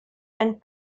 and